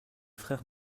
frères